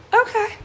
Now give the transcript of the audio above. okay